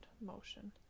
motion